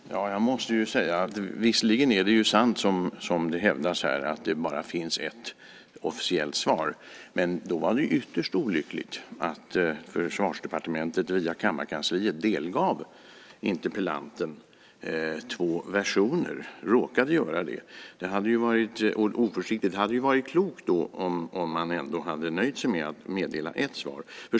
Fru talman! Jag måste ju säga att visserligen är det sant som det hävdas här att det bara finns ett officiellt svar, men då var det ytterst olyckligt att Försvarsdepartementet via kammarkansliet råkade delge interpellanten två versioner. Det var oförsiktigt. Det hade ju varit klokt då om man hade nöjt sig med att meddela ett svar.